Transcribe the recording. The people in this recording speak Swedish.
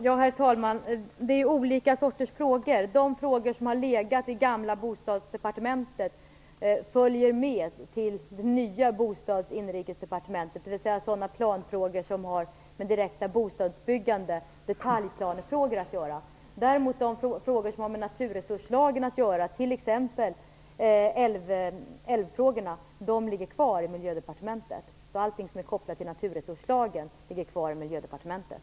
Herr talman! Det är olika sorters frågor. De frågor som har legat i gamla Bostadsdepartementet följer med till det nya Bostads och Inrikesdepartementet, dvs. sådana planfrågor som har med det direkta bostadsbyggandet att göra, detaljplanefrågor. Däremot ligger de frågor som har med naturresurslagen att göra, t.ex. älvfrågorna, kvar i Miljödepartementet. Allting som är kopplat till naturresurslagen ligger kvar i Miljödepartementet.